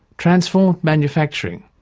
transformed manufacturing,